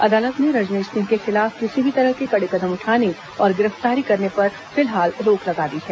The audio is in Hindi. अदालत ने रजनेश सिंह के खिलाफ किसी भी तरह के कड़े कदम उठाने और गिरफ्तारी करने पर फिलहाल रोक लगा दी है